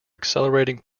accelerating